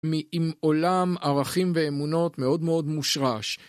עם עולם ערכים ואמונות מאוד מאוד מושרש.